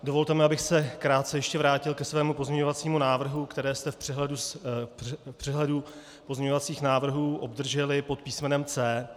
Dovolte mi, abych se krátce ještě vrátil ke svému pozměňovacímu návrhu, který jste v přehledu pozměňovacích návrhů obdrželi pod písmenem C.